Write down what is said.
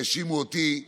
האשימו אותי,